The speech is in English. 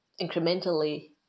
incrementally